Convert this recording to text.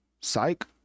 psych